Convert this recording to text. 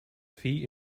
feet